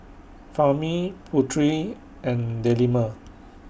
Fahmi Putri and Delima